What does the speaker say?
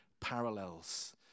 parallels